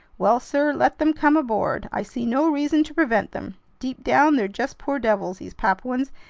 well, sir, let them come aboard. i see no reason to prevent them. deep down they're just poor devils, these papuans,